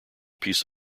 piece